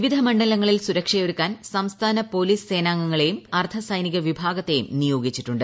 വിവിധ മണ്ഡലങ്ങളിൽ സുരക്ഷയൊരുക്കാൻ സംസ്ഥാന പോലീസ് സേനാംഗങ്ങളെ കൂടാതെ അർദ്ധ സൈനിക വിഭാഗത്തെയും നിയോഗിച്ചിട്ടുണ്ട്